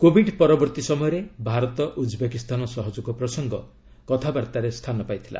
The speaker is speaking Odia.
କୋବିଡ୍ ପରବର୍ତ୍ତୀ ସମୟରେ ଭାରତ ଉଜ୍ବେକିସ୍ତାନ ସହଯୋଗ ପ୍ରସଙ୍ଗ କଥାବାର୍ତ୍ତାରେ ସ୍ଥାନ ପାଇଥିଲା